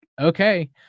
okay